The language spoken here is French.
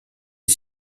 est